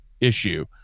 issue